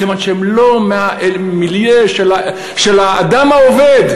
כיוון שהן לא מהמיליה של האדם העובד,